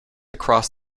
across